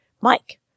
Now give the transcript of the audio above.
Mike